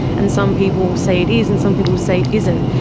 and some people say it is and some people say it isn't.